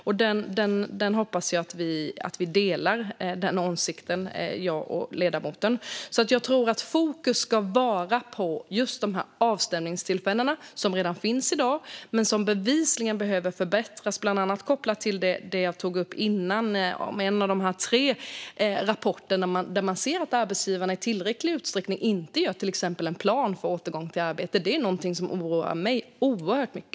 Den åsikten hoppas jag att vi delar, jag och ledamoten. Jag tror att fokus ska vara på just de här avstämningstillfällena. De finns redan i dag men behöver bevisligen förbättras, bland annat kopplat till det jag tog upp tidigare om en av de här tre rapporterna där man ser att arbetsgivarna inte i tillräcklig utsträckning gör till exempel en plan för återgång till arbete. Det är något som oroar mig oerhört mycket.